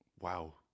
Wow